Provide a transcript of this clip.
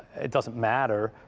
it doesn't matter,